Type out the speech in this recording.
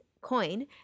coin